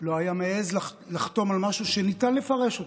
לא היה מעז לחתום על משהו שניתן לפרש אותו,